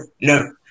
no